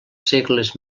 segles